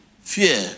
fear